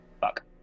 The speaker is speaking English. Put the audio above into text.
Fuck